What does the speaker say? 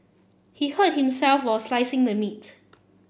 he hurt himself while slicing the meat